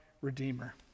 Redeemer